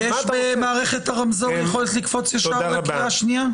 במערכת הרמזור יש יכולת לקפוץ ישר לקריאה שנייה?